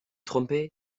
tromper